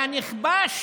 והנכבש